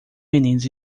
meninos